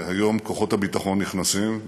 והיום כוחות הביטחון נכנסים,